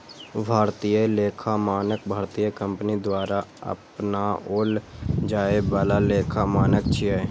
भारतीय लेखा मानक भारतीय कंपनी द्वारा अपनाओल जाए बला लेखा मानक छियै